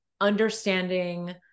understanding